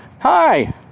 Hi